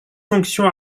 fonction